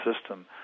system